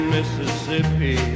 Mississippi